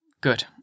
Good